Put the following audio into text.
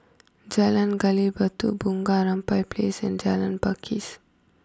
Jalan Gali Batu Bunga Rampai place and Jalan Pakis